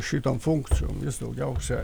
šitom funkcijom daugiausia